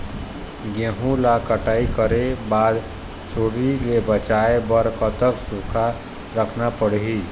गेहूं ला कटाई करे बाद सुण्डी ले बचाए बर कतक सूखा रखना पड़ही?